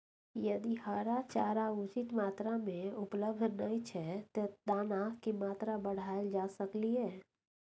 यदि हरा चारा उचित मात्रा में उपलब्ध नय छै ते दाना की मात्रा बढायल जा सकलिए?